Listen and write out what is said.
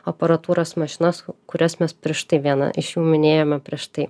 aparatūros mašinas kurias mes prieš tai vieną iš jų minėjome prieš tai